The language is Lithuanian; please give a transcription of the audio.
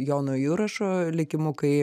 jono jurašo likimu kai